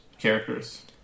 Characters